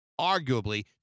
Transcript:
arguably